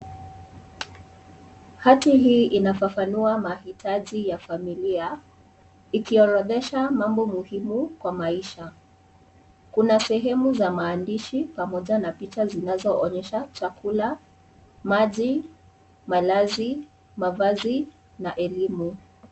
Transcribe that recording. Hati hii inafafanua mahitaji ya familia, ikioredhesha mambo muhimu kwa maisha, Kuna sehemu za mandishi pamoja na picha zinazoonyesha chakula, maji ,malazi. mavazi na elimu.